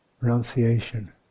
renunciation